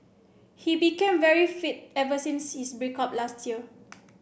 he became very fit ever since his break up last year